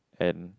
and